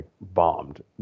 bombed